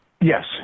Yes